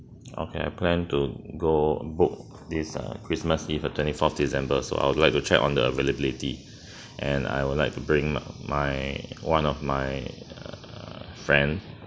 okay I plan to go book this uh christmas eve uh twenty fourth december so I would like to check on the availability and I would like to bring my my one of my err friend